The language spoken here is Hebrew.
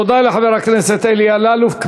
תודה לחבר הכנסת אלי אלאלוף.